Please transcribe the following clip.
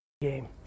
game